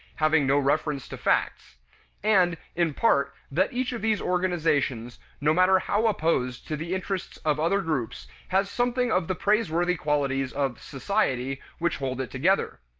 having no reference to facts and in part, that each of these organizations, no matter how opposed to the interests of other groups, has something of the praiseworthy qualities of society which hold it together.